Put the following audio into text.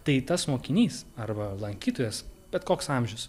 tai tas mokinys arba lankytojas bet koks amžius